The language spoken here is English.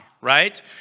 right